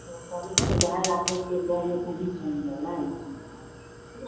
वह सारी सुविधाएँ आप लोग के गाँव में पहुँच रही हैं ना